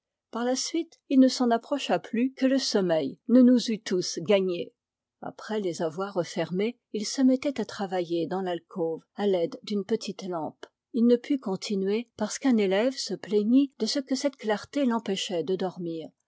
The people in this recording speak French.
par la suite il ne s'en approcha plus que le sommeil ne nous eût tous gagnés après les avoir refermées il se mettait à travailler dans l'alcôve à l'aide d'une petite lampe il ne put continuer parce qu'un élève se plaignit de ce que cette clarté l'empêchait de dormir